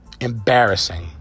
Embarrassing